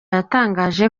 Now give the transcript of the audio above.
yatangaje